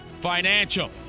Financial